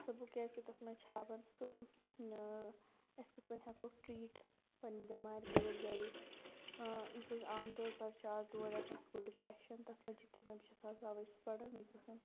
سۄ بُک کیازِ کہِ تَتھ منٛز چھُ ہاوان سُہ أسۍ کِتھ کٔنۍ ہٮ۪کو ٹریٖٹ پَنٕنہِ بٮ۪مارِ کٔرِتھ گرِ یُس اَسہِ عام تور پر آز دود چھُ آسان سُہ گوٚو ڈِپریشن تَتھ منٛز چھِ تِمٕے بہٕ چھَس اَوے سُہ پران مےٚ چھُ باسان